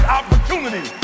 opportunity